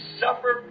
suffer